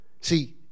See